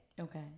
okay